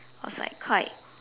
was like quite